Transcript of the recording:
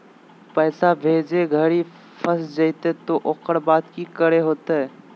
पैसा भेजे घरी फस जयते तो ओकर बाद की करे होते?